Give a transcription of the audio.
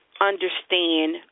understand